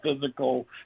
physical